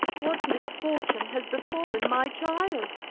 what misfortune has befallen my child?